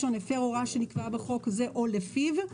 לפי ההוראה שנקבע בחוק זה "או לפיו",